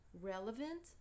relevant